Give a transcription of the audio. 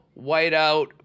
whiteout